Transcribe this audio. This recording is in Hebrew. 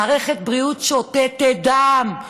מערכת בריאות שותתת דם.